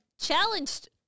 challenged